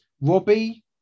Robbie